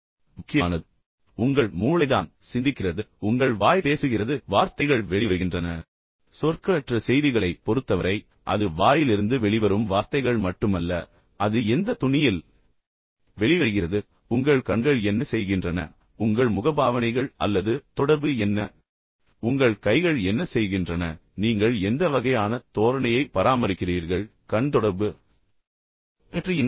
எனவே உங்கள் மூளைதான் சிந்திக்கிறது உங்கள் வாய் பேசுகிறது மற்றும் வார்த்தைகள் வெளிவருகின்றன ஆனால் சொற்களற்ற செய்திகளைப் பொறுத்தவரை அது வாயிலிருந்து வெளிவரும் வார்த்தைகள் மட்டுமல்ல அது எந்த தொனியில் வெளிவருகிறது உங்கள் கண்கள் என்ன செய்கின்றன உங்கள் முகபாவனைகள் அல்லது தொடர்பு என்ன உங்கள் கைகள் என்ன செய்கின்றன நீங்கள் எந்த வகையான தோரணையை பராமரிக்கிறீர்கள் கண் தொடர்பு பற்றி என்ன